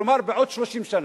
כלומר, בעוד 30 שנה.